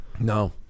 No